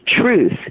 truth